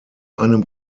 einem